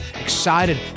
excited